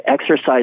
exercise